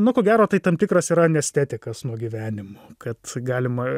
na ko gero tai tam tikras yra anestetikas nuo gyvenimo kad galima